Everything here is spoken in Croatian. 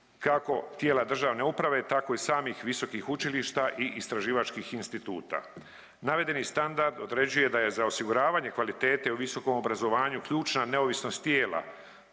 kako tijela državne uprave tako i samih visokih učilišta i istraživačkih instituta. Navedeni standard određuje da je za osiguravanje kvalitete u visokom obrazovanju ključna neovisnost tijela